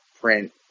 print